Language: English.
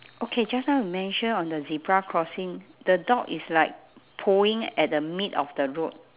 okay just now you mention on the zebra crossing the dog is like pooing at the mid of the road